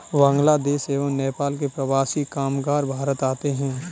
बांग्लादेश एवं नेपाल से प्रवासी कामगार भारत आते हैं